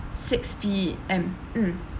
six P_M mm